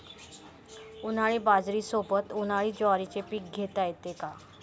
उन्हाळी बाजरीसोबत, उन्हाळी ज्वारीचे पीक घेता येते का?